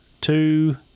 two